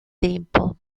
tempo